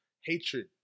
hatred